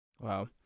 wow